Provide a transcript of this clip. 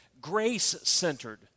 grace-centered